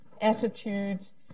attitudes